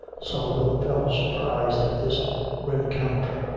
sullivan felt surprised at this rencontre,